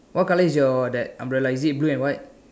what colour is your that umbrella is it blue and white